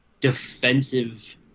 defensive